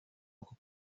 uku